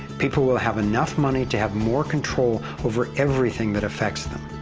people will have enough money to have more control over everything that effects them.